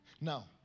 Now